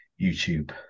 YouTube